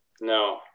no